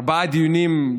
ארבעה דיונים,